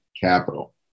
capital